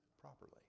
properly